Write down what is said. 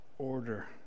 order